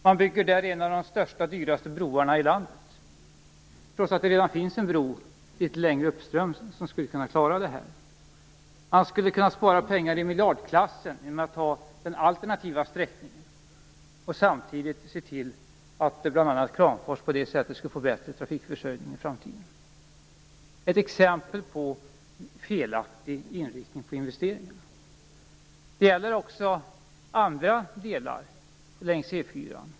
Man bygger där en av de största och dyraste broarna i landet trots att det redan finns en bro litet längre uppströms som skulle kunna klara detta. Man skulle kunna spara pengar i miljardklassen genom att ha den alternativa sträckningen och samtidigt se till att bl.a. Kramfors på det sättet fick bättre trafikförsörjning i framtiden. Det är ett exempel på felaktig inriktning på investeringar. Det gäller också andra delar längs E 4.